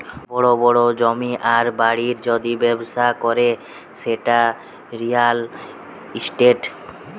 বড় বড় জমির আর বাড়ির যদি ব্যবসা করে সেটা রিয়্যাল ইস্টেট